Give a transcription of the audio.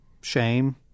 shame